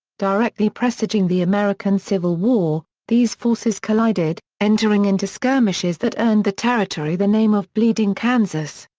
directly presaging the american civil war, these forces collided, entering into skirmishes that earned the territory the name of bleeding kansas.